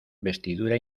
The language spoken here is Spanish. vestidura